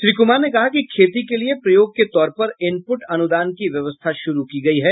श्री कुमार ने कहा कि खेती के लिये प्रयोग के तौर पर इनपुट अनुदान की व्यवस्था शुरू की गयी है